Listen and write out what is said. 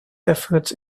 efforts